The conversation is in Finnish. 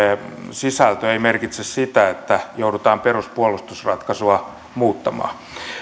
sisältö ei merkitse sitä että joudutaan peruspuolustusratkaisua muuttamaan